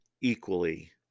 equally